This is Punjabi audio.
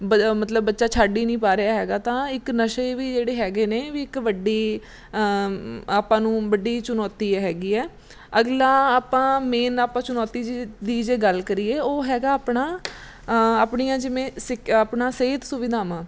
ਬ ਮਤਲਬ ਬੱਚਾ ਛੱਡ ਹੀ ਨਹੀਂ ਪਾ ਰਿਹਾ ਹੈਗਾ ਤਾਂ ਇੱਕ ਨਸ਼ੇ ਵੀ ਜਿਹੜੇ ਹੈਗੇ ਨੇ ਵੀ ਇੱਕ ਵੱਡੀ ਆਪਾਂ ਨੂੰ ਵੱਡੀ ਚੁਣੌਤੀ ਹੈਗੀ ਹੈ ਅਗਲਾ ਆਪਾਂ ਮੇਨ ਆਪਾਂ ਚੁਣੌਤੀ ਜੀ ਦੀ ਜੇ ਗੱਲ ਕਰੀਏ ਉਹ ਹੈਗਾ ਆਪਣਾ ਆਪਣੀਆਂ ਜਿਵੇਂ ਸਿਖ ਆਪਣਾ ਸਿਹਤ ਸੁਵਿਧਾਵਾਂ